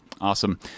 Awesome